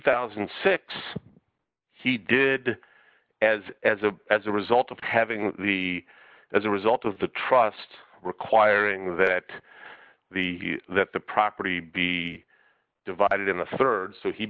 thousand and six he did as as a as a result of having the as a result of the trust requiring that the that the property be divided in the rd so he